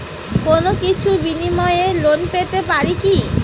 কোনো কিছুর বিনিময়ে লোন পেতে পারি কি?